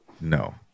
no